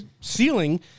ceiling